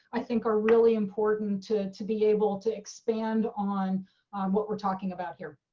i think are really important to to be able to expand on what we're talking about here.